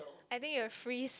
I think you'll freeze